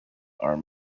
are